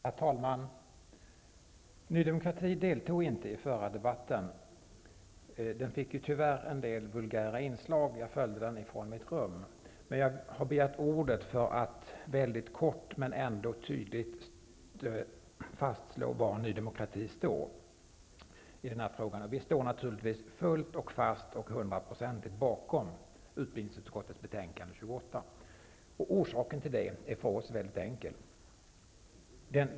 Herr talman! Ny demokrati deltog inte i den förra debatten, men jag följde den från mitt rum. Den fick tyvärr en del vulgära inslag. Jag har begärt ordet för att väldigt kort men ändå tydligt fastslå var Ny demokrati står i den här frågan. Vi står naturligtvis fullt och fast och hundraprocentigt bakom utbildningsutskottets betänkande 28. Orsaken till att vi stödjer betänkandet är mycket enkel.